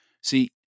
See